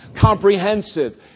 comprehensive